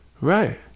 Right